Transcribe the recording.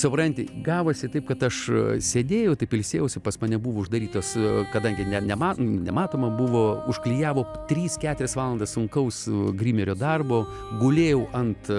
supranti gavosi taip kad aš sėdėjau taip ilsėjausi pas mane buvo uždarytos kadangi ne ne nematoma buvo užklijavo tris keturias valandas sunkaus grimerio darbo gulėjau ant